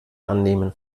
annehmen